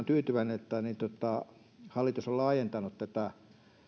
tyytyväinen että hallitus on laajentanut näitä